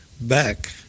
back